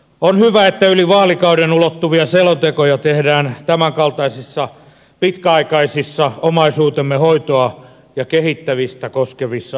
on hyvä että yli vaalikauden ulottuvia selontekoja tehdään tämänkaltaisissa pitkäaikaisissa omaisuutemme hoitoa ja kehittämistä koskevissa asioissa